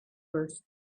first